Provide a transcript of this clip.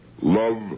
love